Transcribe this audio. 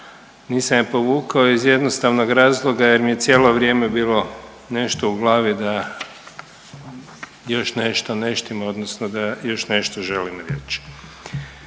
nisam je povukao iz jednostavnog razloga jer mi je cijelo vrijeme bilo nešto u glavi da još nešto ne